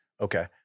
Okay